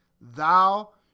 Thou